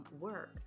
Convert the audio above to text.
work